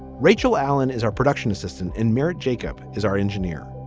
rachel allen is our production assistant in mirit, jacob is our engineer.